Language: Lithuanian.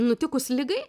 nutikus ligai